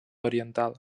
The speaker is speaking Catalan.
oriental